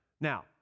Now